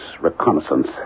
Reconnaissance